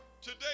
today